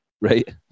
Right